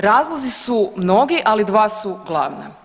Razlozi su mnogi, ali dva su glavna.